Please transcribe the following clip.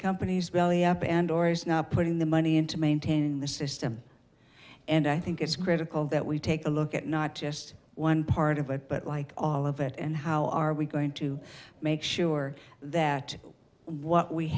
companies belly up and or is not putting the money into maintaining the system and i think it's critical that we take a look at now just one part of it but like all of it and how are we going to make sure that what we